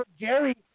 Jerry